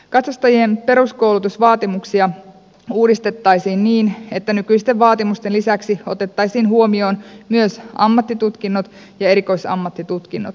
katsastajien peruskoulutusvaatimuksia uudistettaisiin niin että nykyisten vaatimusten lisäksi otettaisiin huomioon myös ammattitutkinnot ja erikoisammattitutkinnot